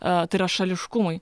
tai yra šališkumui